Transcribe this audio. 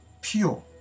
pure